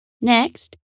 Next